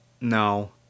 no